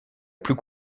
plus